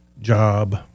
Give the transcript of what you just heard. job